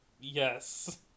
Yes